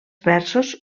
versos